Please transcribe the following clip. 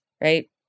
right